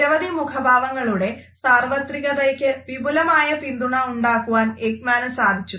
നിരവധി മുഖഭാവങ്ങളുടെ സാർവത്രികതയ്ക്ക് വിപുലമായ പിന്തുണ ഉണ്ടാക്കുവാൻ എക്മാന് സാധിച്ചു